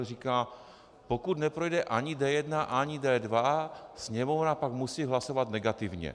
Říká: Pokud neprojde ani D1 ani D2, Sněmovna pak musí hlasovat negativně.